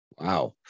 Wow